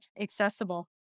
accessible